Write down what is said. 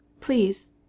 Please